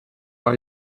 par